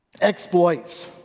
exploits